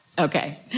Okay